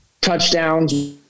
touchdowns